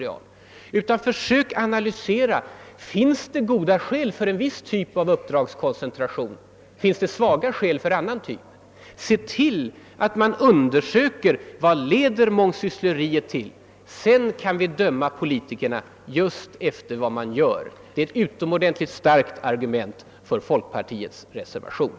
Vi bör försöka analysera om det finns starka skäl för en viss typ av uppdragskoncentration och svaga skäl för en annan typ. Man bör undersöka vad mångsyssleriet leder till. Sedan kan vi döma politikerna efter vad de gör. Detta är ett utomordentligt starkt argument för folkpartiets reservation.